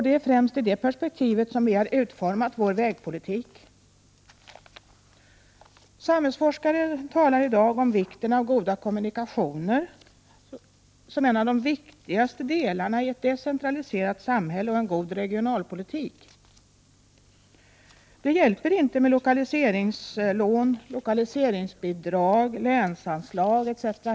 Det är främst i det perspektivet som vi har utformat vår vägpolitik. Samhällsforskare talar i dag om vikten av goda kommunikationer som en av de viktigaste delarna i ett decentraliserat samhälle för en god regionalpolitik. Det hjälper inte med lokaliseringslån, lokaliseringsbidrag, länsanslaget etc.